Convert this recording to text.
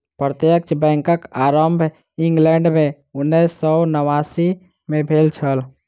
प्रत्यक्ष बैंकक आरम्भ इंग्लैंड मे उन्नैस सौ नवासी मे भेल छल